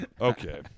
okay